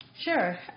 Sure